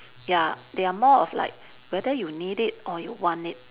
ya they are more of like whether you need it or you want it